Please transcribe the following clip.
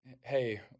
hey